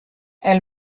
elle